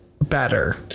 better